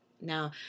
Now